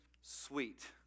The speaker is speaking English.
sweet